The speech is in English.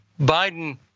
Biden